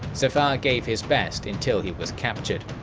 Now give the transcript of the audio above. zafar gave his best until he was captured.